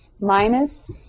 minus